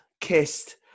kissed